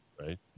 right